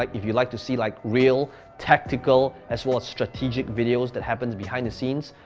like if you like to see, like real tactical, as well as strategic videos that happens behind the scenes,